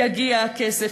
יגיע הכסף?